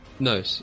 No